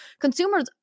consumers